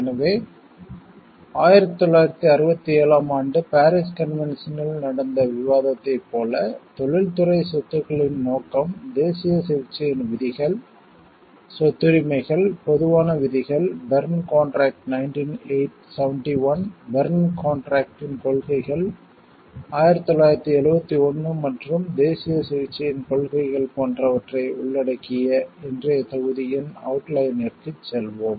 எனவே 1967 ஆம் ஆண்டு பாரிஸ் கன்வென்ஷனில் நடந்த விவாதத்தைப் போல தொழில்துறை சொத்துக்களின் நோக்கம் தேசிய சிகிச்சையின் விதிகள் சொத்துரிமைகள் பொதுவான விதிகள் பெர்ன் கான்ட்ராக்ட் 1971 பெர்ன் கான்ட்ராக்ட்டின் கொள்கைகள் 1971 மற்றும் தேசிய சிகிச்சையின் கொள்கைகள் போன்றவற்றை உள்ளடக்கிய இன்றைய தொகுதியின் அவுட்லைனிற்குச் செல்வோம்